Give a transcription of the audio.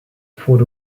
for